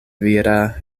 vira